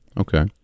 Okay